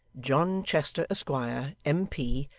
john chester, esquire, m p,